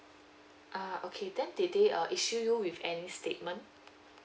ah okay then did they uh issue you with any statement